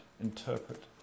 interpret